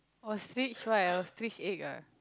ostrich right ostrich egg